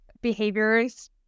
behaviors